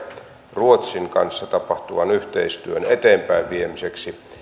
ruotsin kanssa tapahtuvan yhteistyön eteenpäinviemiseksi